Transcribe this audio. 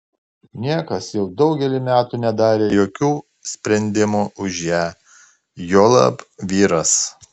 niekas jau daugelį metų nedarė jokių sprendimų už ją juolab vyras